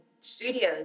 studios